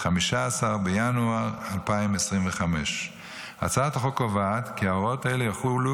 15 בינואר 2025. הצעת החוק קובעת כי הוראות אלו יחולו